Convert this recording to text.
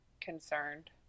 Concerned